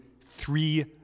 three